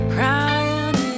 Crying